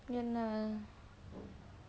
ya lah